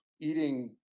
eating